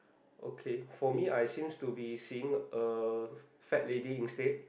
okay for me I seems to be seeing a fat lady instead